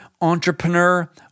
entrepreneur